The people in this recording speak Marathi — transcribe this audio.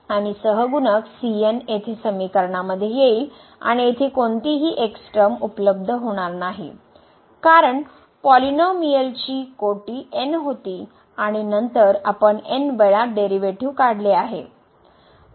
आणि सह गुणक येथे समीकरणामध्ये येईल आणि येथे कोणतीही एक्स टर्म उपलब्ध होणार नाही कारण पॉलिनोमिअलची कोटी n होती आणि नंतर आपण n वेळा डेरीवेटीव काढले आहे